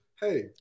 Hey